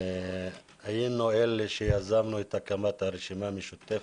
היינו אלה שיזמנו את הקמת הרשימה המשותפת.